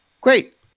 great